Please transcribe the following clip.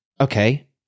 okay